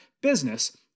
business